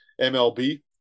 mlb